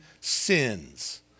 sins